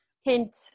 Hint